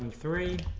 um three